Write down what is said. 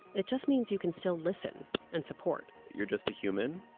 it just means you can still listen and support you're just a human.